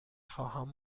خواهم